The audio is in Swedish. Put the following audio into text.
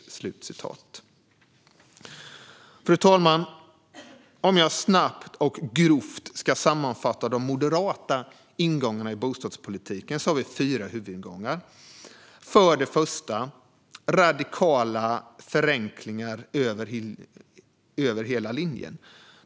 Fru talman! Jag ska snabbt och grovt sammanfatta de moderata ingångarna i bostadspolitiken. Vi har fyra huvudingångar. För det första handlar det om radikala förenklingar över hela linjen.